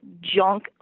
junk